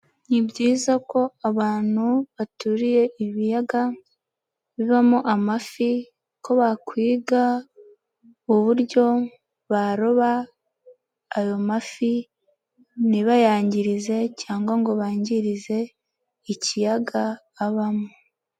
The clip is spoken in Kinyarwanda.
Ni byiza ko abantu baturiye ibiyaga bibamo amafi ko bakwiga uburyo baroba ayo mafi ntibayangirize cyangwa ngo bangirize ikiyaga abamo.